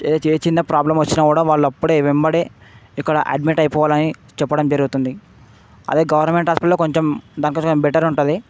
ఏ చిన్న చిన్న ప్రాబ్లెమ్ వచ్చినా కూడా వాళ్ళు అప్పుడే వెంబడే ఇక్కడ అడ్మిట్ అయిపోవాలని చెప్పడం జరుగుతుంది అదే గవర్నమెంట్ హాస్పిటల్లో కొంచెం డాక్టర్స్ ఏమి బెటర్ ఉంటుంది